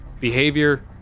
behavior